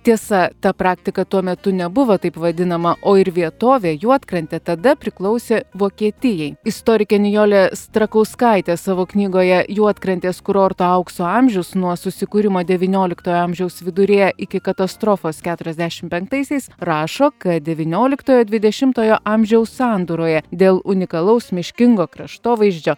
tiesa ta praktika tuo metu nebuvo taip vadinama o ir vietovė juodkrantė tada priklausė vokietijai istorikė nijolė strakauskaitė savo knygoje juodkrantės kurorto aukso amžius nuo susikūrimo devynioliktojo amžiaus viduryje iki katastrofos keturiasdešim penktaisiais rašo kad devynioliktojo dvidešimtojo amžiaus sandūroje dėl unikalaus miškingo kraštovaizdžio